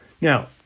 Now